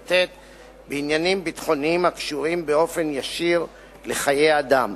"בעניינים ביטחוניים הקשורים באופן ישיר לחיי אדם",